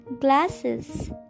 Glasses